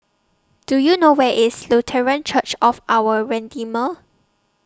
Do YOU know Where IS Lutheran Church of Our Redeemer